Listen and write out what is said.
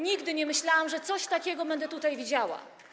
Nigdy nie myślałam, że coś takiego będę tutaj widziała.